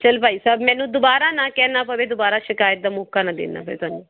ਚਲ ਭਾਈ ਸਾਹਿਬ ਮੈਨੂੰ ਦੁਬਾਰਾ ਨਾ ਕਹਿਣਾ ਪਵੇ ਦੁਬਾਰਾ ਸ਼ਿਕਾਇਤ ਦਾ ਮੌਕਾ ਨਾ ਦੇਣਾ ਪਏ ਤੁਹਾਨੂੰ